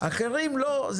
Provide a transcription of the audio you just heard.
אחרים לא.